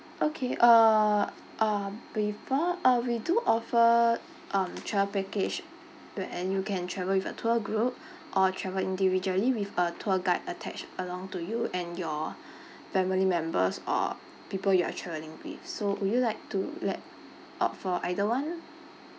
okay uh um we bo~ um we do offer um travel package b~ and you can travel with a tour group or travel individually with a tour guide attached along to you and your family members or people you are travelling with so would you like to le~ opt for either [one]